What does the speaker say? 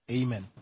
Amen